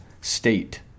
state